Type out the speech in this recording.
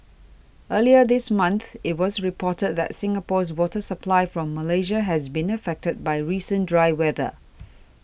earlier this month it was reported that Singapore's water supply from Malaysia has been affected by recent dry weather